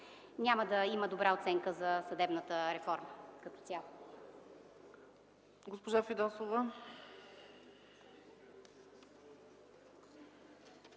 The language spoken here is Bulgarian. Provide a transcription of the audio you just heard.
няма да има добра оценка за съдебната реформа като цяло.